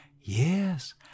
Yes